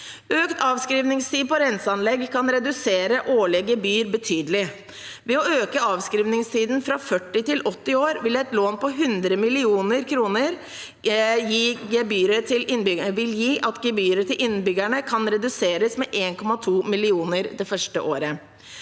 Økt avskrivningstid på renseanlegg kan redusere årlige gebyrer betydelig. Ved å øke avskrivningstiden fra 40 år til 80 år vil et lån på 100 mill. kr. gjøre at gebyret til innbyggerne kan reduseres med 1,2 mill. kr det første året,